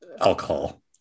alcohol